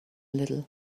little